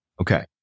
Okay